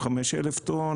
85,000 טון,